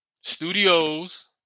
studios